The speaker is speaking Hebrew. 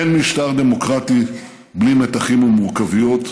אין משטר דמוקרטי בלי מתחים ומורכבויות,